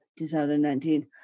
2019